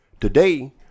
today